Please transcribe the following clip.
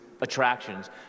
attractions